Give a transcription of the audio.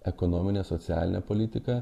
ekonominę socialinę politiką